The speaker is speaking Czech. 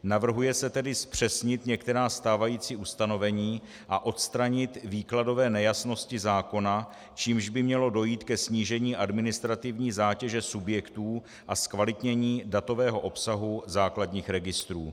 Navrhuje se tedy zpřesnit některá stávající ustanovení a odstranit výkladové nejasnosti zákona, čímž by mělo dojít ke snížení administrativní zátěže subjektů a zkvalitnění datového obsahu základních registrů.